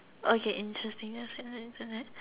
okay interesting that I have seen on the Internet